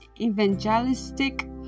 evangelistic